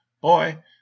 boy